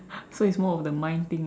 so it's more of the mind thing ah